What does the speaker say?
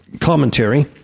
commentary